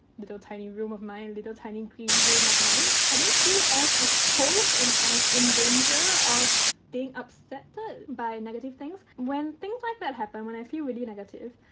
tiny room of mine little tiny green room of mine. i don't feel as exposed and as in danger of being upsetted by negative things. when things like that happen, when i feel really negative,